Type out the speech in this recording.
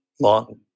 long